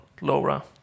Laura